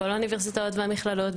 בכל האוניברסיטאות והמכללות,